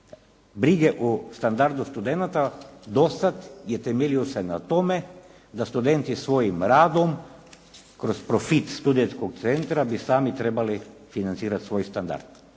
brige o standardu studenata do sada je temeljio se na tome da studenti svojim radom kroz profit studentskog centra bi sami trebali financirati svoj standard.